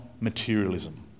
materialism